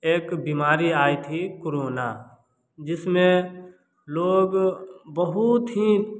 एक बीमारी आई थी कोरोना जिसमें लोग बहुत ही